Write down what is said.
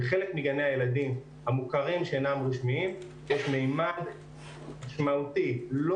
בחלק מגני הילדים המוכרים שאינם רשמיים יש מימד משמעותי לא